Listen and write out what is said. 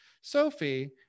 Sophie